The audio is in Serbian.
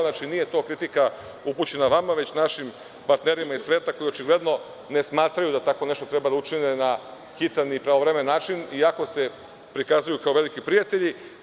Znači, nije to kritika upućena vama već našim partnerima iz sveta koji očigledno ne smatraju da tako nešto da učine na hitan i pravovremen način, iako se prikazuju kao veliki prijatelji.